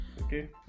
Okay